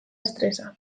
estresa